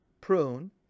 prune